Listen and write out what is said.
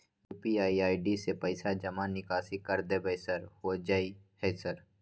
UPI ID से पैसा जमा निकासी कर देबै सर होय जाय है सर?